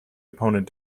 opponent